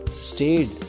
stayed